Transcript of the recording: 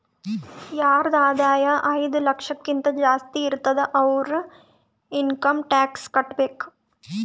ಯಾರದ್ ಆದಾಯ ಐಯ್ದ ಲಕ್ಷಕಿಂತಾ ಜಾಸ್ತಿ ಇರ್ತುದ್ ಅವ್ರು ಇನ್ಕಮ್ ಟ್ಯಾಕ್ಸ್ ಕಟ್ಟಬೇಕ್